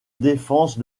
défense